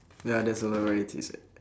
ya that's a lot of varieties